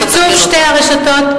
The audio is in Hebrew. על תקצוב שתי הרשתות,